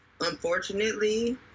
Unfortunately